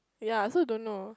ya so don't know